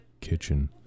Kitchen